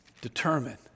determine